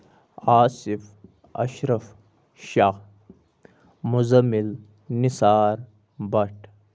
Asif Ashraf Shah Muzamil Nisar بَٹ